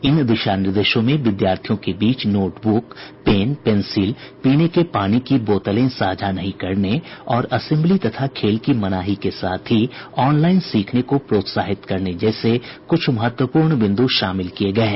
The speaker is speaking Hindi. इन दिशानिर्देशों में विद्यार्थियों के बीच नोट बुक पेन पेंसिल पीने के पानी की बोतलें साझा नहीं करने और असेम्बली तथा खेल की मनाही के साथ ही ऑनलाइन सीखने को प्रोत्साहित करने जैसे कुछ महत्वपूर्ण बिंदु शामिल किए गए हैं